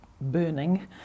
burning